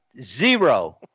Zero